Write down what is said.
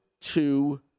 two